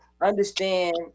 understand